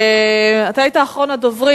אתה היית אחרון הדוברים.